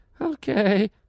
Okay